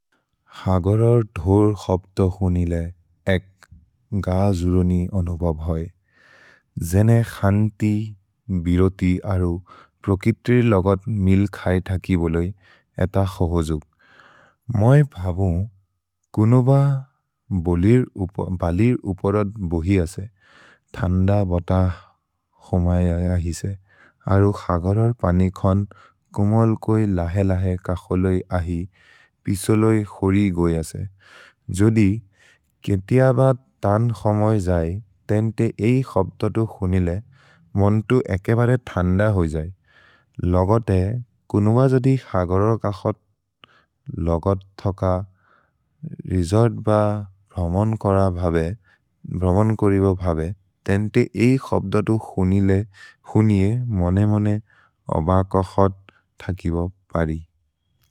Ḥअगरर् धोर् ḥअब्त ḥउनिले एक् गʻअ ʐउरोनि अनुबब् होइ, जेने खन्ति, बिरोति अरु प्रकित्रि लोगत् मिल् खए थकि बोलोइ, एत क्सोहोʒउ। मए भबु कुनुब बलिर् उपरद् बोहि असे, थन्द बत ḥओमै अहिसे, अरु ḥअगरर् पनि खोन्त् कुमोल्कोइ लहेलहे कखोलोइ अहि, पिसोलोइ क्सोरि गोइ असे। जोदि केतिअ ब तन् ḥओमै ʐऐ, तेन्ते एइ ḥअब्त ḥउनिले, मोन्तु एके बरे थन्द होइ ʐऐ। लोगते, कुनुब जोदि ḥअगरर् कखोत् लोगत् थक, रेजोर्त् ब भ्रमोन् कोरिबो भबे, तेन्ते एइ ḥअब्त ḥउनिले, हुनिए, मोने मोने अब कखोत् थकिबो परि।